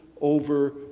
over